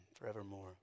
forevermore